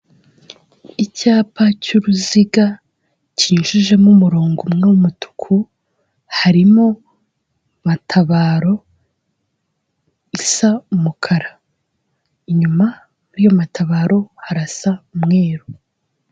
Icyapa cy'uruziga kinyujijemo umurongo umwe w'umutuku, harimo matabaro isa umukara, inyuma y'iyo matabaro harasa umweru.